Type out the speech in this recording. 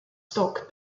stock